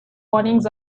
warnings